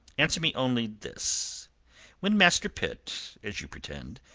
answer me only this when master pitt, as you pretend,